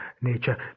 nature